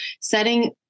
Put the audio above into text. setting